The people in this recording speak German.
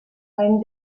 einen